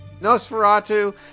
Nosferatu